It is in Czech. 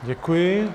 Děkuji.